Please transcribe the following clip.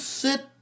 sit